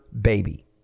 baby